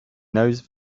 knows